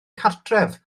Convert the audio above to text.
cartref